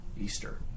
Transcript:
Easter